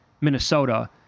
Minnesota